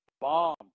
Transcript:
bomb